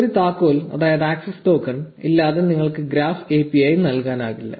ഒരു താക്കോൽ അതായത് ആക്സസ് ടോക്കൺ ഇല്ലാതെ നിങ്ങൾക്ക് ഗ്രാഫ് API നൽകാനാകില്ല